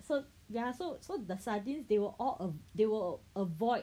so ya so so the sardines they will all uh they will avoid